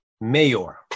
mayor